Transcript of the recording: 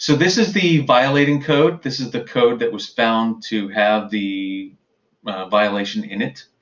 so this is the violating code. this is the code that was found to have the violation in it.